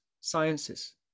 sciences